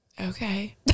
Okay